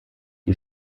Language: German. die